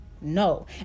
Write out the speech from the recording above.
No